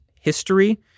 history